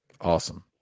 Awesome